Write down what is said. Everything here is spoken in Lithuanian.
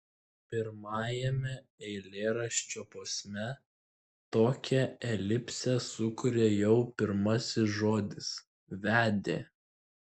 pirmajame eilėraščio posme tokią elipsę sukuria jau pirmasis žodis vedė